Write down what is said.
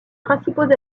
principaux